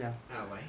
ah why